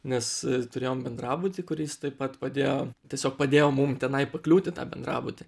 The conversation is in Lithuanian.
nes turėjom bendrabutį kur jis taip pat padėjo tiesiog padėjo mum tenai pakliūt į tą bendrabutį